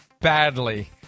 badly